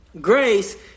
Grace